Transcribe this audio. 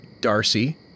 Darcy